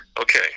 Okay